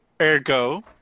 Ergo